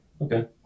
Okay